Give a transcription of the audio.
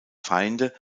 feinde